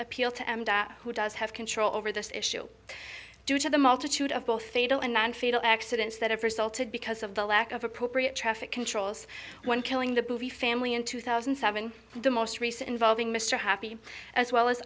appeal to who does have control over this issue due to the multitude of both fatal and non fatal accidents that have resulted because of the lack of appropriate traffic controls when killing the movie family in two thousand and seven the most recent involving mr happy as well as